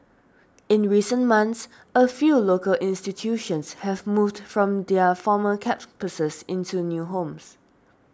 in recent months a few local institutions have moved from their former campuses into new homes